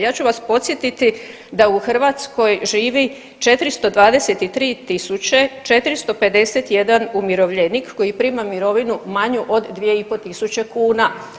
Ja ću vas podsjetiti da u Hrvatskoj živi 423451 umirovljenik koji prima mirovinu manju od 2500 kuna.